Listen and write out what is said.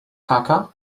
packer